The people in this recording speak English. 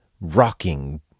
rocking